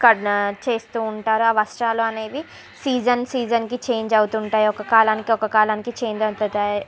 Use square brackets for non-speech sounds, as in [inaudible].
cut చేస్తూ ఉంటారు ఆ వస్త్రాలు అనేవి సీజన్ సీజన్కి చేంజ్ అవుతుంటాయి ఒక కాలానికి ఒక కాలానికి చేంజ్ [unintelligible]